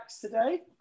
today